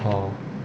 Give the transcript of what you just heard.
orh